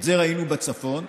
את זה ראינו בדרום,